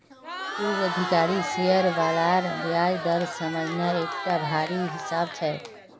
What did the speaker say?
पूर्वाधिकारी शेयर बालार ब्याज दर समझना एकटा भारी हिसाब छै